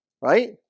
right